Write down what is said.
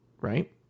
right